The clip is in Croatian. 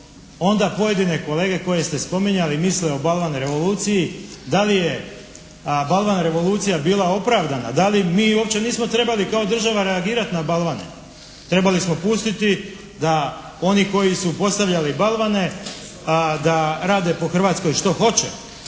onda pojedine kolege koje ste spominjali misle o Balvan revoluciji, da li je Balvan revolucija bila opravdana? Da li mi uopće nismo trebali kao država reagirati na balvane? Trebali smo pustiti da oni koji su postavljali balvane da rade po Hrvatskoj što hoće.